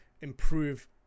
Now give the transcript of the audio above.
improve